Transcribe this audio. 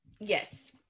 Yes